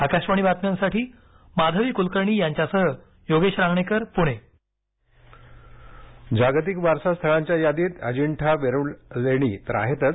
आकाशवाणी बातम्यांसाठी माधवी कुलकर्णी यांच्यासह योगेश रांगणेकर पुणे वारसा दिन सोलाप्र जागतिक वारसा स्थळांच्या यादीत अजंठा वेरूळ लेणी तर आहेतच